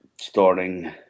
starting